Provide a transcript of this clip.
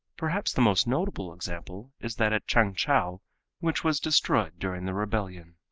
perhaps the most notable example is that at changchow which was destroyed during the rebellion.